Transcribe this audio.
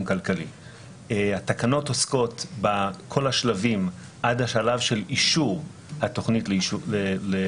אני רוצה להודות בשם כולנו ליושב-ראש